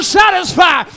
satisfy